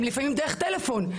הם לפעמים דרך טלפון.